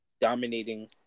dominating